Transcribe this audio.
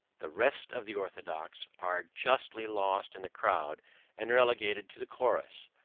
the rest of the orthodox are justly lost in the crowd and relegated to the chorus.